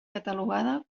catalogada